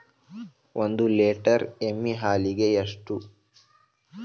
ಒಂದು ಲೇಟರ್ ಎಮ್ಮಿ ಹಾಲಿಗೆ ಎಷ್ಟು?